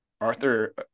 Arthur